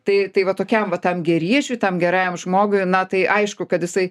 tai tai va tokiam va tam geriečiui tam gerajam žmogui na tai aišku kad jisai